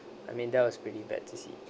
I mean that was pretty bad to see